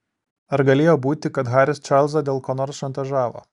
ar galėjo būti kad haris čarlzą dėl ko nors šantažavo